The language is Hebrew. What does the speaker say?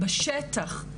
בשטח,